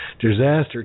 disaster